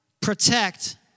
protect